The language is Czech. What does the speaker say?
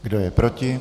Kdo je proti?